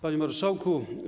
Panie Marszałku!